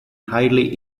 highly